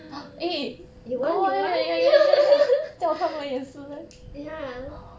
you want you want ya